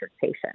patient